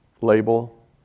label